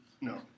No